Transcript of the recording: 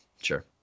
Sure